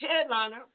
Headliner